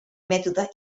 mètode